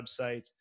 websites